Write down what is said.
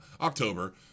october